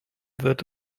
wird